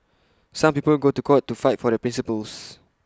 some people go to court to fight for their principles